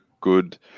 good –